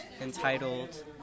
entitled